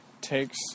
takes